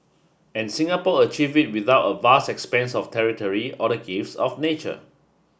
and Singapore achieved it without a vast expanse of territory or the gifts of nature